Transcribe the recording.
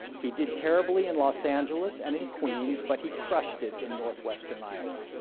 he did terribly in los angeles and in queens, but he crushed it in northwestern iowa.